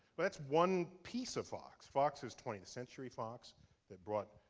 that's one piece of fox. fox is twentieth century fox that brought